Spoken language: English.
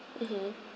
mmhmm